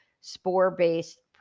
spore-based